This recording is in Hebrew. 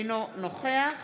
אינו נוכח